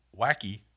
wacky